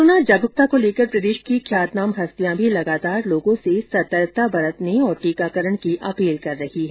corona जागरूकता को लेकर प्रदेश की ख्यातनाम हस्तियां भी लगातार लोगों से सतर्कता बरतने और टीकाकरण की अपील कर रही हैं